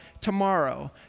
tomorrow